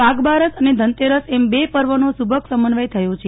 આજે વાઘબારસ અને ધનતેરસ એમ બે પર્વનો સુભગ સમન્વય થયો છે